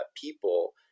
people